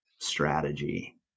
strategy